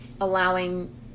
allowing